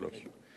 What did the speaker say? שלוש.